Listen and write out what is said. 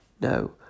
No